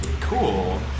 Cool